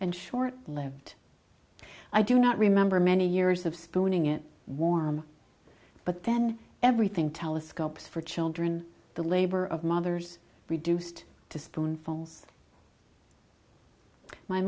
and short lived i do not remember many years of spinning it warm but then everything telescopes for children the labor of mothers reduced to spoonfuls my